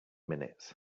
minutes